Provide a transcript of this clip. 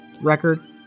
record